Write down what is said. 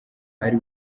ari